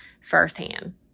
firsthand